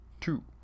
two